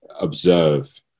observe